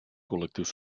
col·lectius